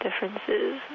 differences